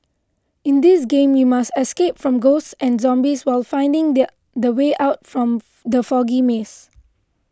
in this game you must escape from ghosts and zombies while finding their the way out from the foggy maze